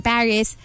Paris